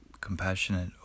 compassionate